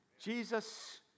Jesus